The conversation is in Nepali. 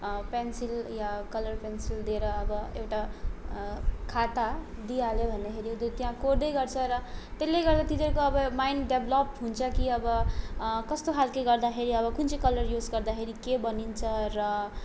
पेन्सिल या कलर पेन्सिल दिएर अब एउटा खाता दिइहाल्यो भन्दाखेरि त्यहाँ कोर्दै गर्छ र त्यसले गर्दा तिनीहरूको अब माइन्ड डेभलप हुन्छ कि अब कस्तो खालको गर्दाखेरि अब कुन चाहिँ कलर युज गर्दाखेरि के बनिन्छ र